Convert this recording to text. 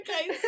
okay